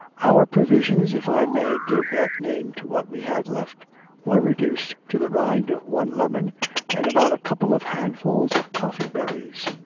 our provisions if i may give that name to what we had left were reduced to the rind of one lemon and about a couple of handsfull of coffee-berries.